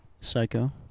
Psycho